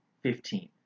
Fifteen